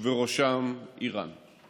ובראשם איראן.